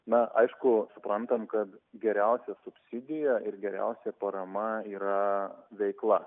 na aišku suprantam kad geriausia subsidija ir geriausia parama yra veikla